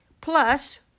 plus